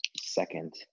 second